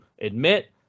admit